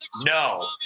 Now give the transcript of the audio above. No